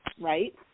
right